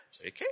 Okay